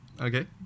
Okay